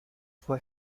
fue